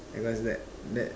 because that that